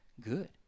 good